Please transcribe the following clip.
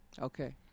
Okay